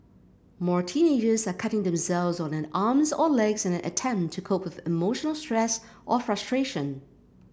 more teenagers are cutting themselves on their arms or legs in an attempt to cope with emotional stress or frustration